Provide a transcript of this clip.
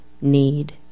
need